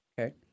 Okay